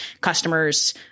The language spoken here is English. customers